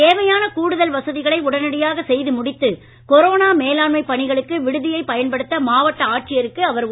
தேவையான கூடுதல் வசதிகளை உடனடியாக செய்து முடித்து கொரோனா மேலாண்மை பணிகளுக்கு விடுதியை பயன்படுத்த மாவட்ட ஆட்சியருக்கு அவர் உத்தரவிட்டார்